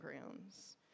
grounds